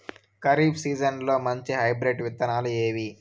ఖరీఫ్ సీజన్లలో మంచి హైబ్రిడ్ విత్తనాలు ఏవి